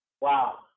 Wow